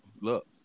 look